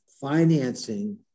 financing